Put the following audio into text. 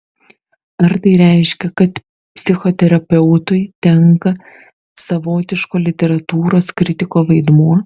ar tai reiškia kad psichoterapeutui tenka savotiško literatūros kritiko vaidmuo